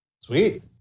Sweet